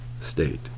state